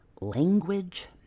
language